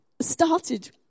started